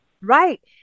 Right